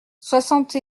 soixante